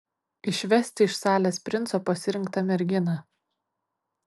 išvesti iš salės princo pasirinktą merginą